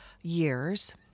years